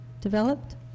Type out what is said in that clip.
developed